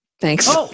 Thanks